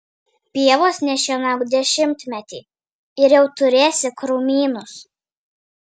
pievos nešienauk dešimtmetį ir jau turėsi krūmynus